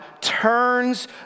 turns